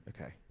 Okay